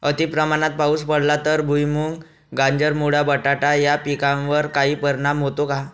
अतिप्रमाणात पाऊस पडला तर भुईमूग, गाजर, मुळा, बटाटा या पिकांवर काही परिणाम होतो का?